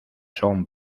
son